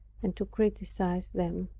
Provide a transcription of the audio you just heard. and to criticize them.